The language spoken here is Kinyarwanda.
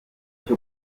cyo